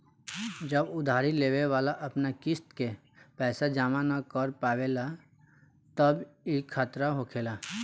जब उधारी लेवे वाला अपन किस्त के पैसा जमा न कर पावेला तब ई खतरा होखेला